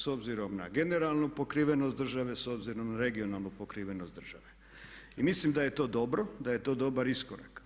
S obzirom na generalnu pokrivenost države, s obzirom na regionalnu pokrivenost države i mislim da je to dobro, da je to dobar iskorak.